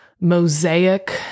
mosaic